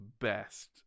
best